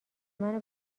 منو